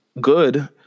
good